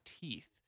teeth